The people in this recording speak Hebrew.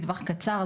טווח קצר,